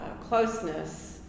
closeness